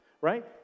right